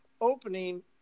opening